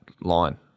line